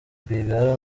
rwigara